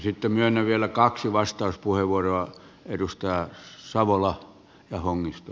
sitten myönnän vielä kaksi vastauspuheenvuoroa edustajille savola ja hongisto